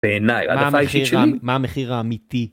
בעיניי מה המחיר האמיתי.